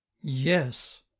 yes